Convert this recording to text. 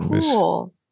cool